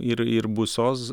ir ir bus oz